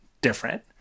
different